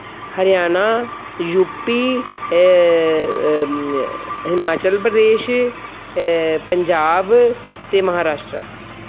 Haryana U P Himachal Pradesh Punjab ਅਤੇ ਮਹਾਰਾਸ਼ਟਰਾ